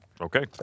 Okay